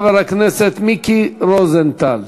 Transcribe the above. חבר הכנסת מיקי רוזנטל.